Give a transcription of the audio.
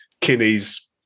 Kinney's